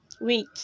Wait